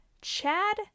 Chad